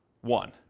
one